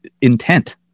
intent